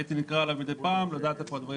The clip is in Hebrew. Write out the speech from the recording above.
הייתי נקרא אליו מדי פעם לדעת איפה הדברים